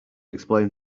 explain